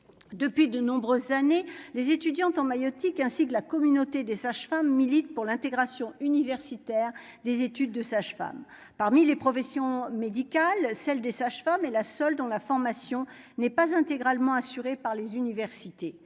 depuis de nombreuses années les étudiantes en maïeutique ainsi que la communauté des sages-femmes milite pour l'intégration universitaire des études de sage-femme parmi les professions médicales, celle des sages-femmes, et la seule dont la formation n'est pas intégralement assuré par les universités